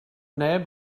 neb